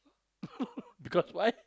because why